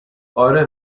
آره